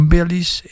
Billy's